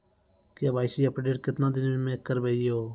KYC update केतना दिन मे करेबे यो?